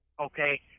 okay